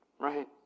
right